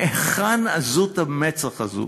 מהיכן עזות המצח הזאת?